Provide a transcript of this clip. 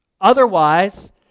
Otherwise